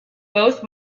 both